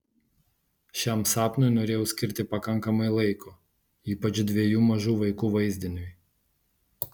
šiam sapnui norėjau skirti pakankamai laiko ypač dviejų mažų vaikų vaizdiniui